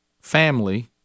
family